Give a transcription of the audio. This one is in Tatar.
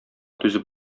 түзеп